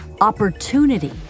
Opportunity